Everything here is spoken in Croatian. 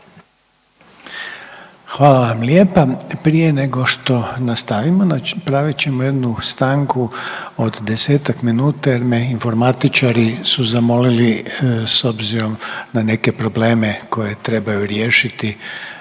Hvala vam lijepa. Prije nego što nastavimo, napravit ćemo jednu stanku od 10-tak minuta, jer me informatičari su zamolili s obzirom na neke probleme koje trebaju riješiti,